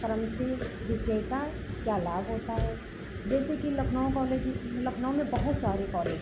क्रम से विषय का क्या लाभ होता है जैसे कि लखनऊ कॉलेज लखनऊ में बहुत सारे कॉलेज हैं